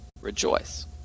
rejoice